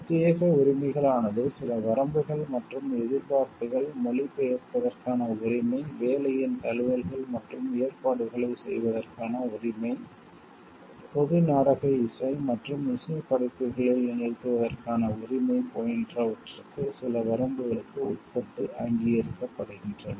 பிரத்தியேக உரிமைகள் ஆனது சில வரம்புகள் மற்றும் எதிர்பார்ப்புகள் மொழிபெயர்ப்பதற்கான உரிமை வேலையின் தழுவல்கள் மற்றும் ஏற்பாடுகளைச் செய்வதற்கான உரிமை பொது நாடக இசை மற்றும் இசைப் படைப்புகளில் நிகழ்த்துவதற்கான உரிமை போன்றவற்றிற்கு சில வரம்புகளுக்கு உட்பட்டு அங்கீகரிக்கப்படுகின்றன